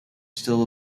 still